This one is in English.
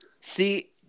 See